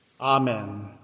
Amen